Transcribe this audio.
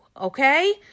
okay